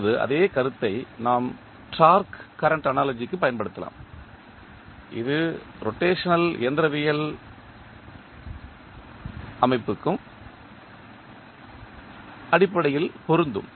இப்போது அதே கருத்தை நாம் டார்க்கு கரண்ட் அனாலஜி க்கு பயன்படுத்தலாம் இது ரோடேஷனல் இயந்திரவியல் அமைப்புக்கும் அடிப்படையில் பொருந்தும்